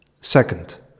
Second